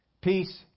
Peace